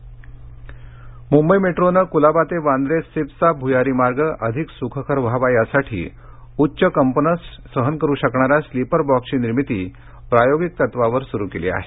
Mumbai metro Mumbai मेट्रोनं कुलाबा ते वांद्रे सिप्झचा भुयारी मार्ग अधिक सुखकर व्हावा यासाठी उच्चं कंपनं सहन करु शकणाऱ्या स्लीपर ब्लॉक्सची निर्मिती प्रायोगिक तत्वावर सुरू केली आहे